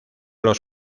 los